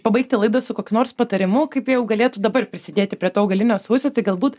pabaigti laidą su kokiu nors patarimu kaip jau galėtų dabar prisidėti prie to augalinio sausio tai galbūt